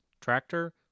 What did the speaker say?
tractor